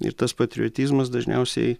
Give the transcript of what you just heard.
ir tas patriotizmas dažniausiai